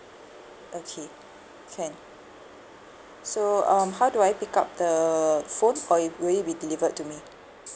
okay can so um how do I pick up the phone or it will it be delivered to me